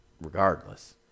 regardless